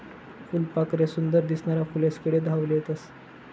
फुलपाखरे सुंदर दिसनारा फुलेस्कडे धाव लेतस